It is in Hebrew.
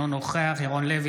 אינו נוכח ירון לוי,